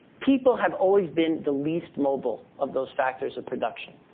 people have always been the least mobile of those factors of production.